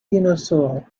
dinosaures